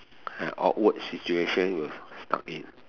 an awkward situation you were stuck in